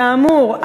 כאמור,